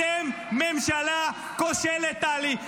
אתם ממשלה כושלת, טלי.